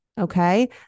Okay